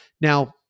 Now